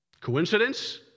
Coincidence